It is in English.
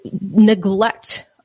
neglect